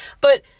but-